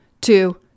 two